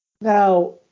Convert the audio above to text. Now